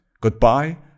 Goodbye